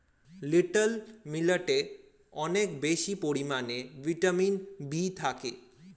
little মিলেটে অনেক বেশি পরিমাণে ভিটামিন বি থাকে